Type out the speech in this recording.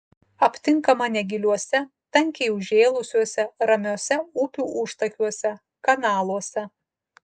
aptinkama negiliuose tankiai užžėlusiuose ramiuose upių užtakiuose kanaluose